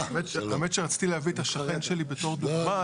האמת שרציתי להביא את השכן שלי בתור דוגמא,